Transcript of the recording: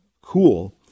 cool